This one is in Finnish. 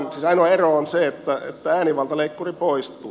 siis ainoa ero on se että äänivaltaleikkuri poistuu